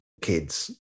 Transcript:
kids